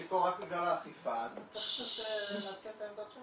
--- שיכור רק בגלל האכיפה אז אתה צריך קצת --- את העמדות שלך.